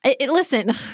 Listen